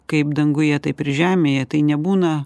kaip danguje taip ir žemėje tai nebūna